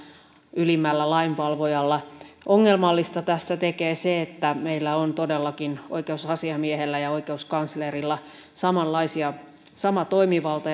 ylimmällä lainvalvojalla ongelmallista tästä tekee se että meillä on todellakin oikeusasiamiehellä ja oikeuskanslerilla sama toimivalta